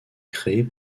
créés